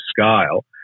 scale